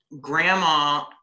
grandma